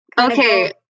Okay